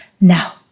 now